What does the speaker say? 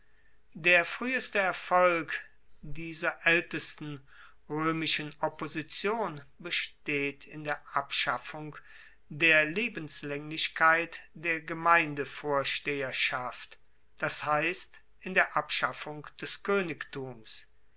der frueheste erfolg dieser aeltesten roemischen opposition besteht in der abschaffung der lebenslaenglichkeit der gemeindevorsteherschaft das heisst in der abschaffung des koenigtums